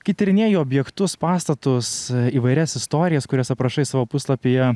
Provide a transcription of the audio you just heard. kai tyrinėji objektus pastatus įvairias istorijas kurias aprašai savo puslapyje